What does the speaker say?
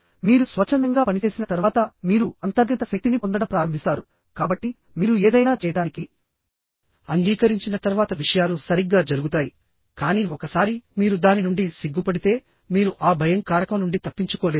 మీరు స్వచ్ఛందంగా పనిచేసిన తర్వాత మీరు అంతర్గత శక్తిని పొందడం ప్రారంభిస్తారు కాబట్టి మీరు ఏదైనా చేయడానికి అంగీకరించిన తర్వాత విషయాలు సరిగ్గా జరుగుతాయి కానీ ఒకసారి మీరు దాని నుండి సిగ్గుపడితే మీరు ఆ భయం కారకం నుండి తప్పించుకోలేరు